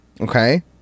Okay